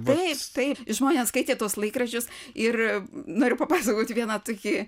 taip taip žmonės skaitė tuos laikraščius ir noriu papasakoti vieną tokį